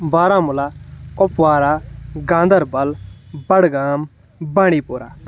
بارہمولہ کُپوارہ گاندربل بڈگام بانڈی پورہ